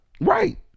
Right